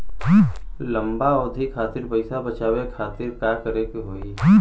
लंबा अवधि खातिर पैसा बचावे खातिर का करे के होयी?